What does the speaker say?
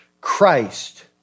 Christ